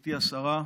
גברתי השרה,